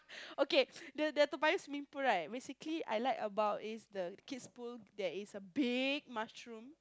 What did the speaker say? okay the the Toa-Payoh swimming pool right basically I like about is the kids pool there is a big mushroom